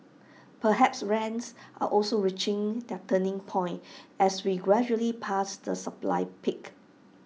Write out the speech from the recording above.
perhaps rents are also reaching their turning point as we gradually pass the supply peak